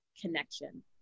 connection